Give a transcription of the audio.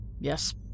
Yes